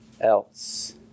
else